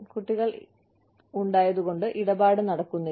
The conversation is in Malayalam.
കുട്ടികൾ ഇടപാട് നടത്തുന്നില്ല